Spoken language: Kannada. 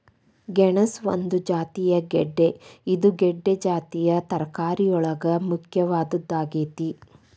ಗೆಣಸ ಒಂದು ಜಾತಿಯ ಗೆಡ್ದೆ ಇದು ಗೆಡ್ದೆ ಜಾತಿಯ ತರಕಾರಿಯೊಳಗ ಮುಖ್ಯವಾದದ್ದಾಗೇತಿ